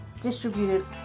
distributed